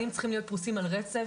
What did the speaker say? זה צריך להיות פרוס על רצף,